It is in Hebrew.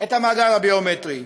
את המאגר הביומטרי,